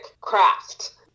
craft